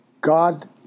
God